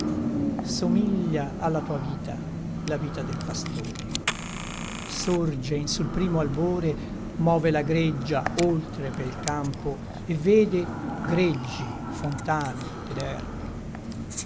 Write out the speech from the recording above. somiglia alla tua vita la vita del pastore sorge in sul primo albore move la greggia oltre pel campo e vede greggi fontane ed erbe